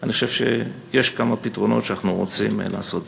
אני חושב שיש כמה פתרונות שאנחנו רוצים לקדם.